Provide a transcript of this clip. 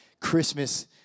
Christmas